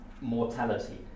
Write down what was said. mortality